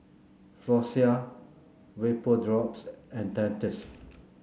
Floxia Vapodrops and Dentiste